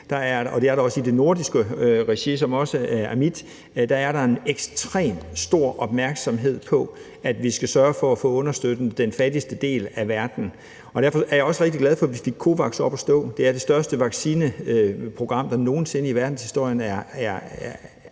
og det er der også i nordisk regi, som også er mit – en ekstremt stor opmærksomhed på, at vi skal sørge for at få understøttet den fattigste del af verden. Derfor er jeg også rigtig glad for, at vi fik COVAX op at stå. Det er det største vaccineprogram, der nogen sinde i verdenshistorien er